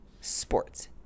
sports